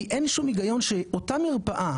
כי אין שום הגיון שאותה מרפאה,